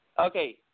Okay